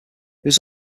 was